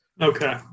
Okay